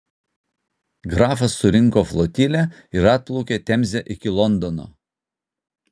grafas surinko flotilę ir atplaukė temze iki londono